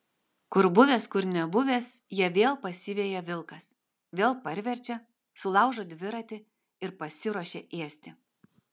kur buvęs kur nebuvęs ją vėl pasiveja vilkas vėl parverčia sulaužo dviratį ir pasiruošia ėsti